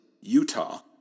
Utah